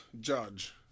judge